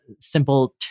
simple